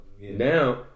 Now